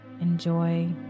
enjoy